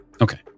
Okay